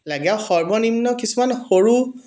লাগে আৰু সৰ্বনিম্ন কিছুমান সৰু